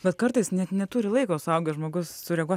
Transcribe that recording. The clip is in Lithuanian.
vat kartais net neturi laiko suaugęs žmogus sureaguot